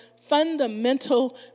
fundamental